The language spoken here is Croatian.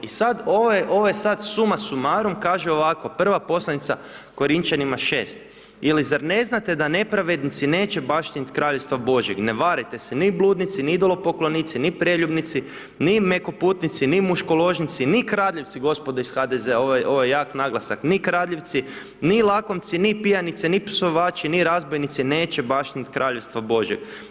I sada, ovo je sad summa summarum, kaže ovako, Prva poslanica Korinćanima 6, ili zar ne znate da nepravednici neće baštiniti kraljevstva Božjeg, ne varajte se, ni bludnici, ni idolopoklonici, ni preljubnici, ne mekoputnici, ni muškoložnici, ni kradljivci, gospodo iz HDZ-a, ovo je jak naglasak, ni kradljivci, ni lakomci, ni pijanice, ni psovači, ni razbojnici neće baštiniti kraljevstva Božjeg.